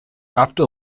after